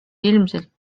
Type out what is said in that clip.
ilmselt